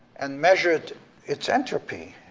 and measured its entropy,